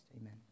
amen